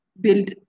build